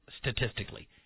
statistically